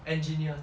engineer